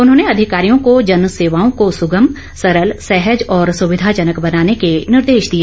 उन्होंने अधिकारियों को जन सेवाओं को सुगम सरल सहज और सुविधाजनक बनाने के निर्देश दिए